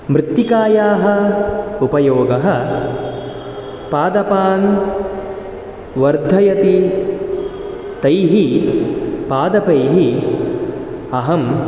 मृत्तिकायाः उपयोगः पादपान् वर्धयति तैः पादपैः अहं